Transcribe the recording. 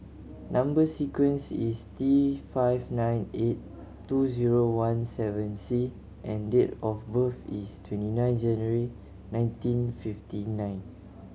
number sequence is T five nine eight two zero one seven C and date of birth is twenty nine January nineteen fifty nine